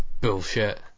bullshit